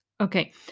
Okay